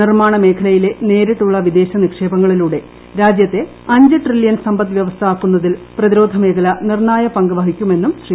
നിർമ്മാണ മേഖലയിലെ നേരിട്ടുള്ള വിദേശ നിക്ഷേപങ്ങളിലൂടെ രാജ്യത്തെ അഞ്ച് ട്രില്യൺ സമ്പദ് വ്യവസ്ഥ ആക്കുന്നതിൽ പ്രതിരോധ മേഖല നിർണ്ണായക പങ്ക് വഹിക്കുമെന്നും ശ്രീ